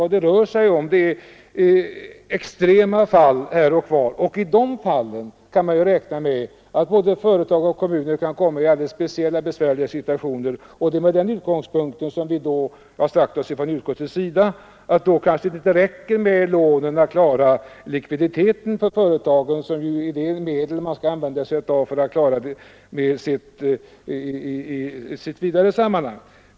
Det rör sig alltså om extrema fall här och var, och i de fallen kan ju både företag och kommuner komma i särskilt besvärliga situationer. Det var från den utgångspunkten som vi i utskottet sade oss att det kanske inte räcker med lånen för att klara likviditeten för företagen. Lån är ju det medel man skall använda i detta sammanhang.